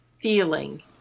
feeling